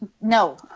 No